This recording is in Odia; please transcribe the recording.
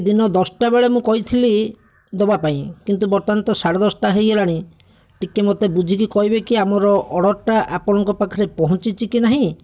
ଦିନ ଦଶଟାବେଳେ ମୁଁ କହିଥିଲି ଦେବାପାଇଁ କିନ୍ତୁ ବର୍ତ୍ତମାନ ତ ଶାଢ଼େ ଦଶଟା ହେଇଗଲାଣି ଟିକେ ମୋତେ ବୁଝିକି କହିବେ ଆମର ଅର୍ଡ଼ର୍ଟା ଆପଣଙ୍କ ପାଖରେ ପହଁଞ୍ଚିଛି କି ନାହିଁ